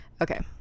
okay